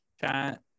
chat